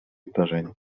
zdarzenia